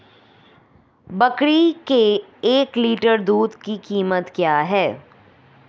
बकरी के एक लीटर दूध की कीमत क्या है?